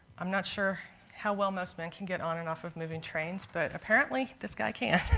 i'm not sure how well most men can get on and off of moving trains, but apparently this guy can.